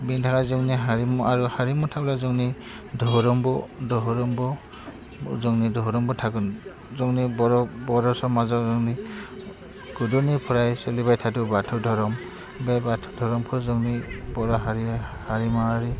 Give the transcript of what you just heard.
बेनि थाखाय जोंनि हारिमु आरो हारिमु थाब्ला जोंनि धोरोमबो धोरोमबो जोंनि धोरोमबो थागोन जोंनि बर' बर' समाजाव जोंनि गोदोनिफ्राय सोलिबाय थादों बाथौ धोरोम बे बाथौ धोरोमखौ जोंनि बर' हारिया हारिमायारि